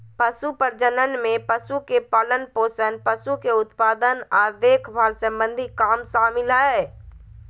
पशु प्रजनन में पशु के पालनपोषण, पशु के उत्पादन आर देखभाल सम्बंधी काम शामिल हय